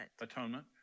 Atonement